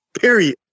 Period